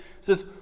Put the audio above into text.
says